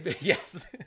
yes